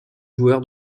joueur